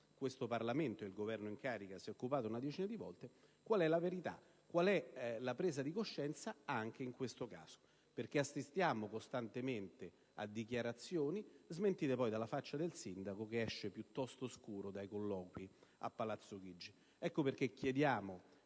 quale il Parlamento e il Governo in carica si sono occupati una decina di volte, qual è la verità e qual è la presa di coscienza anche in questo caso. Assistiamo costantemente a dichiarazioni, smentite poi dalla faccia del sindaco, che esce piuttosto scuro dai colloqui a Palazzo Chigi. Chiediamo